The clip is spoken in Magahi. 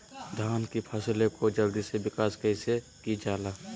धान की फसलें को जल्दी से विकास कैसी कि जाला?